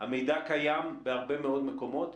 המידע קיים בהרבה מאוד מקומות.